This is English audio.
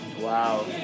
Wow